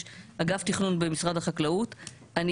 אגף תכנון במשרד החקלאות ופיתוח הכפר,